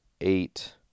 eight